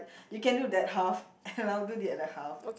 you can do that half and I'll do the other half